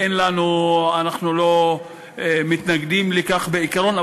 אנחנו לא מתנגדים לכך בעיקרון,